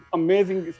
amazing